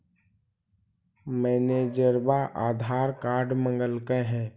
मैनेजरवा आधार कार्ड मगलके हे?